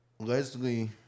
Leslie